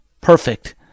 perfect